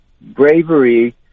bravery